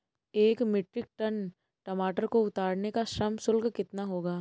एक metric ton टमाटर को उतारने का श्रम शुल्क कितना होगा?